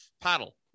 paddle